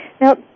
Now